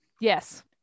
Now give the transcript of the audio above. Yes